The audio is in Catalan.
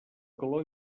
calor